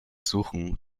suchen